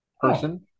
person